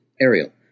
Ariel